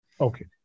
Okay